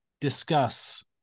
discuss